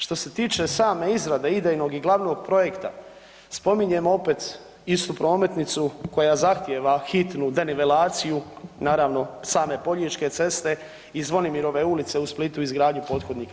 Što se tiče same izrade idejnog i glavnog projekta, spominjemo opet istu prometnicu koja zahtjeva hitnu denivelaciju, naravno same Poljičke ceste i Zvonimirove ulice u Splitu u izgradnji pothodnika.